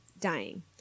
dying